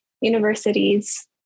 universities